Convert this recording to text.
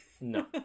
No